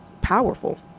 powerful